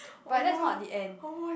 but that's not the end